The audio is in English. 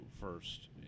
first